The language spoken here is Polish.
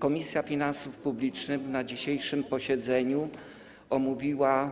Komisja Finansów Publicznych na dzisiejszym posiedzeniu omówiła